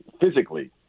physically